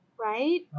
right